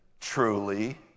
truly